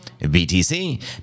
BTC